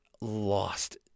lost